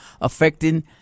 affecting